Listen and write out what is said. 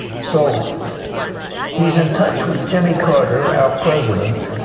so he is in touch with jimmy carter, our president,